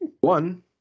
One